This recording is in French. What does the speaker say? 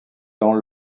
dans